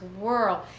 world